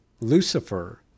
Lucifer